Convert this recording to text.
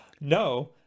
No